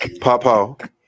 Papa